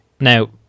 Now